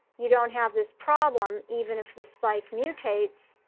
you don't have this problem even if the spike mutates.